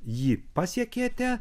jį pasiekėte